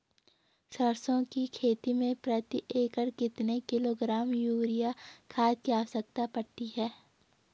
सरसों की खेती में प्रति एकड़ कितने किलोग्राम यूरिया खाद की आवश्यकता पड़ती है?